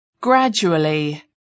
gradually